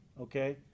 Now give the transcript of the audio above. Okay